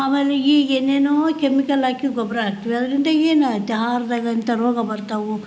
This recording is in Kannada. ಆಮೇಲೆ ಈಗ ಏನೇನೊ ಕೆಮಿಕಲ್ ಹಾಕಿ ಗೊಬ್ಬರ ಹಾಕ್ತಿವಿ ಅದರಿಂದ ಏನಾಗುತ್ತೆ ಆಹಾರ್ದಾಗೆ ಇಂಥ ರೋಗ ಬರ್ತವೆ